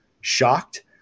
shocked